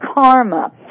Karma